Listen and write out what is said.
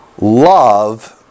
love